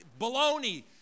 baloney